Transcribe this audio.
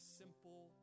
simple